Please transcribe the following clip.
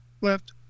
left